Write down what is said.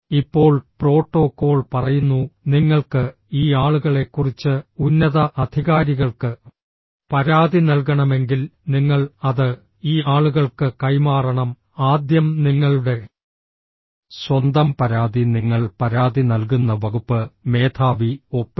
ഇപ്പോൾ പ്രോട്ടോക്കോൾ പറയുന്നു നിങ്ങൾക്ക് ഈ ആളുകളെക്കുറിച്ച് ഉന്നത അധികാരികൾക്ക് പരാതി നൽകണമെങ്കിൽ നിങ്ങൾ അത് ഈ ആളുകൾക്ക് കൈമാറണം ആദ്യം നിങ്ങളുടെ സ്വന്തം പരാതി നിങ്ങൾ പരാതി നൽകുന്ന വകുപ്പ് മേധാവി ഒപ്പിടണം